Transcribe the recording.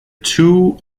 two